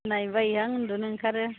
नायनो बायोहाय आं उन्दुनो ओंखारो